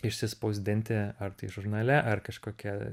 išsispausdinti ar tai žurnale ar kažkokia